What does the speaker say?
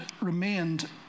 remained